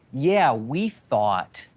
yeah, we thought,